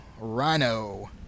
Rhino